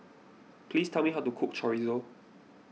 please tell me how to cook Chorizo